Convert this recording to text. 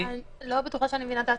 אני לא בטוחה שאני מבינה את ההצעה.